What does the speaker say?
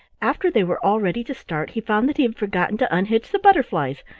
after they were all ready to start he found that he had forgotten to unhitch the butterflies,